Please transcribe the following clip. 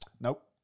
Nope